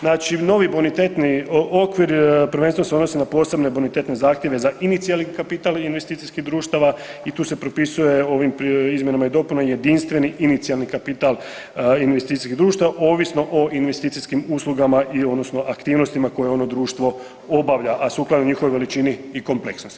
Znači novi bonitetni okvir prvenstveno se odnosi na posebne bonitetne zahtjeve za inicijalni kapital investicijski društava i tu se propisuje ovim izmjenama i dopunama jedinstveni inicijalni kapital investicijskih društava ovisno o investicijskim uslugama i odnosno aktivnosti koje ono društvo obavlja, a sukladno njihovoj veličini i kompleksnosti.